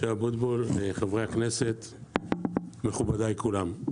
אבוטבול, חברי הכנסת מכובדי כולם.